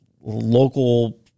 local